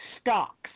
stocks